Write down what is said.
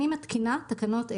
אני מתקינה תקנות אלה: